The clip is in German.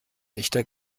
echter